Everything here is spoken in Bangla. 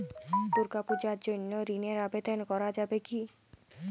দুর্গাপূজার জন্য ঋণের আবেদন করা যাবে কি?